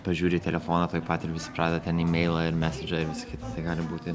pažiūri į telefoną tuoj pat ir visi pradeda ten į meilą ar į mesendžerį visa kita tai gali būti